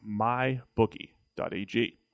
mybookie.ag